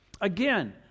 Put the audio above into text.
Again